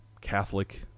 Catholic